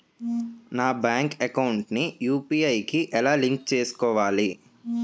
నా bank account ని UPI కి ఎలా లింక్ చేసుకోవాలి?